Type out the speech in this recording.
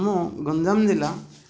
ଆମ ଗଞ୍ଜାମ ଜିଲ୍ଲା